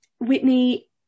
Whitney